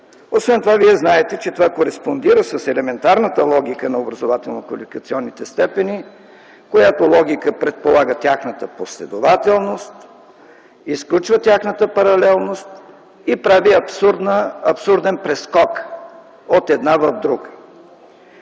Освен това Вие знаете, че това кореспондира с елементарната логика на образователно-квалификационните степени, която логика предполага тяхната последователност, изключва тяхната паралелност и прави абсурден прескокът от една в друга.